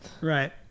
Right